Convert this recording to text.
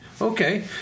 Okay